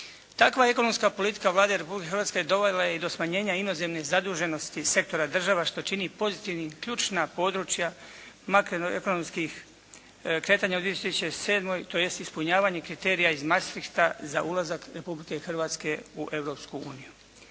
Takva ekonomska politika Vlade Republike Hrvatske dovela je i do smanjenja inozemne zaduženosti sektora država što čini pozitivnim ključna područja makroekonomskih kretanja u 2007. tj., ispunjavanje kriterija iz Maastrichta za ulazak Republike Hrvatske u